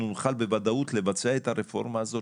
אנחנו נוכל בוודאות לבצע את הרפורמה הזאת,